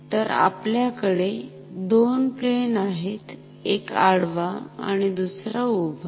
तर आपल्याकडे दोन प्लेन आहेतएक आडवा आणि दुसरा उभा